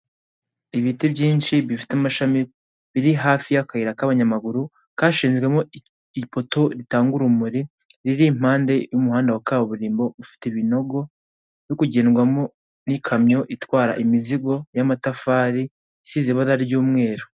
Ibiti byinshi bifite amashami biri hafi y'akayira k'abanyamaguru kashinzwemo ipoto ritanga urumuri riri impande y'umuhanda wa kaburimbo ufite ibinogo, uri kugendwamo n'ikamyo itwara imizigo y'amatafari isize ibara ry'umweru.